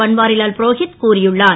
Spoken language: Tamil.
பன்வாரிலால் புரோகித் கூறியுள்ளார்